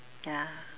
ya